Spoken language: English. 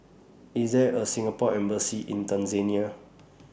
IS There A Singapore Embassy in Tanzania